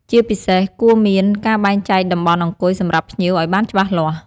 ជាពិសេស គួរមានការបែងចែកតំបន់អង្គុយសម្រាប់ភ្ញៀវឲ្យបានច្បាស់លាស់។